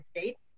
States